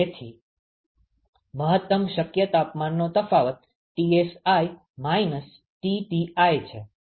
તેથી મહત્તમ શક્ય તાપમાનનો તફાવત Tsi Tti છે